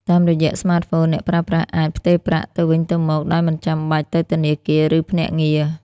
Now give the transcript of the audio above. តាមរយៈស្មាតហ្វូន អ្នកប្រើប្រាស់អាច ផ្ទេរប្រាក់ ទៅវិញទៅមកដោយមិនចាំបាច់ទៅធនាគារ ឬភ្នាក់ងារ។